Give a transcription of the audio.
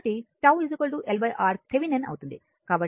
కాబట్టి τ L RThevenin అవుతుంది